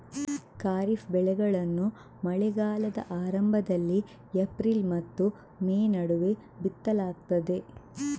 ಖಾರಿಫ್ ಬೆಳೆಗಳನ್ನು ಮಳೆಗಾಲದ ಆರಂಭದಲ್ಲಿ ಏಪ್ರಿಲ್ ಮತ್ತು ಮೇ ನಡುವೆ ಬಿತ್ತಲಾಗ್ತದೆ